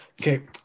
Okay